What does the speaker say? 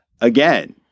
again